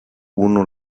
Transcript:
uno